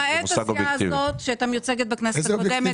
למעט הסיעה הזאת שהייתה מיוצגת בכנסת הקודמת,